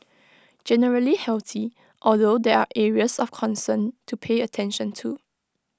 generally healthy although there are areas of concern to pay attention to